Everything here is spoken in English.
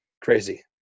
crazy